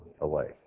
away